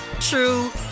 true